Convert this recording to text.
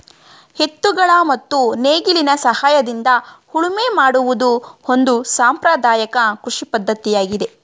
ಎತ್ತುಗಳ ಮತ್ತು ನೇಗಿಲಿನ ಸಹಾಯದಿಂದ ಉಳುಮೆ ಮಾಡುವುದು ಒಂದು ಸಾಂಪ್ರದಾಯಕ ಕೃಷಿ ಪದ್ಧತಿಯಾಗಿದೆ